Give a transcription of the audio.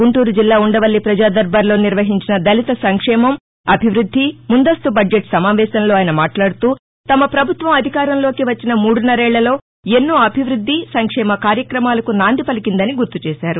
గుంటూరు జిల్లా ఉండవల్లి ప్రజాదర్బార్ లో నిర్వహించిన దళిత సంక్షేమం అభివృద్ది ముందస్తు బడ్జెట్ సమావేశంలో ఆయన మాట్లాడుతూ తమ ప్రభుత్వం అధికారంలోకి వచ్చిన మూడున్నరేళ్లలో ఎన్నో అభివృద్ది సంక్షేమ కార్యక్రమాలకు నాంది పలికిందని గుర్తు చేశారు